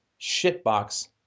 shitbox